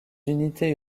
unités